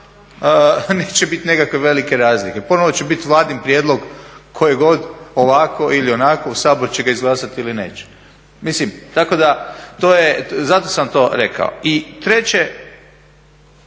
neće biti nekakve velike razlike. Ponovno će biti Vladin prijedlog koji god ovako ili onako, Sabor će ga izglasati ili neće. Mislim tako da, zato sam to rekao. I treće,